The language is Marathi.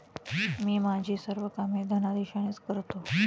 मी माझी सर्व कामे धनादेशानेच करतो